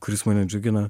kuris mane džiugina